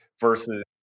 versus